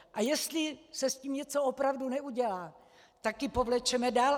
A jestli se s tím něco opravdu neudělá, tak ji povlečeme dál.